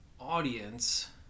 audience